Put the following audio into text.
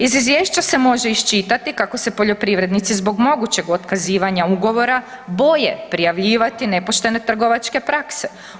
Iz izvješća se može iščitati kako se poljoprivrednici zbog mogućeg otkazivanja ugovora boje prijavljivati nepoštene trgovačke prakse.